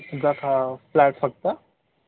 एकदा का फ्लॅट फक्त